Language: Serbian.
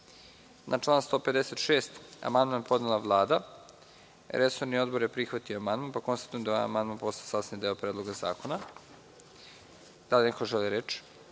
član 156. amandman je podnela Vlada. Resorni odbor je prihvatio amandman. Konstatujem da je ovaj amandman postao sastavni deo Predloga zakona. Da li neko želi reč?